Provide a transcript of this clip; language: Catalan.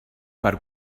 per